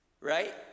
Right